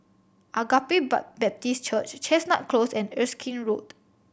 Agape Baptist Church Chestnut Close and Erskine Road